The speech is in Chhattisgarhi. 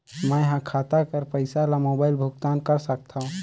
मैं ह खाता कर पईसा ला मोबाइल भुगतान कर सकथव?